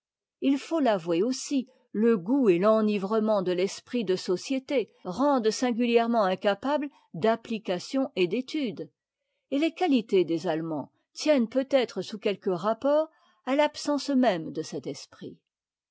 il faut l'avouer aussi e goût et l'enivrement de l'esprit de société rendent singulièrement incapable d'application et d'étude et les qualités des allemands tiennent peut-être sous quelques rapports à l'absence même de cet esprit